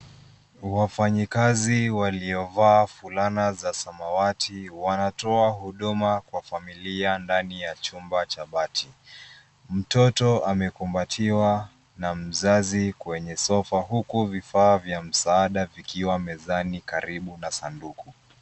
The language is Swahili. Wafanyikazi waliovaa fulana za samawati wanatoa huduma kwa familia ndani ya chumba cha bati. Mtoto amekubatiwa na mzazi kwenye sofa huku vifaa vya msaada vikiwa mezani karibu na sanduku.